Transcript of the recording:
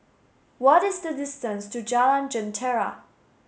what is the distance to Jalan Jentera